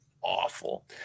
awful